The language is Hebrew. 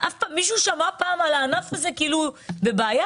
מישהו פעם שמע על הענף הזה שהוא בבעיה?